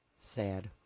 Sad